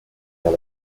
have